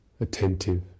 attentive